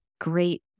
great